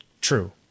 true